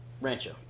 Rancho